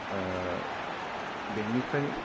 बेंकनिफ्राय